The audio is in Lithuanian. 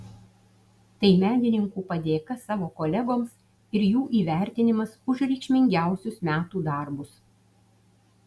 tai menininkų padėka savo kolegoms ir jų įvertinimas už reikšmingiausius metų darbus